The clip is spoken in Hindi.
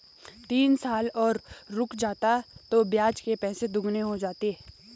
तीन साल और रुक जाता तो ब्याज के पैसे दोगुने हो जाते